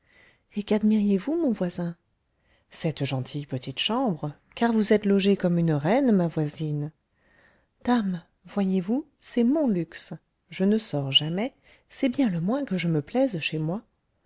et quadmiriez vous mon voisin cette gentille petite chambre car vous êtes logée comme une reine ma voisine dame voyez-vous c'est mon luxe je ne sors jamais c'est bien le moins que je me plaise chez moi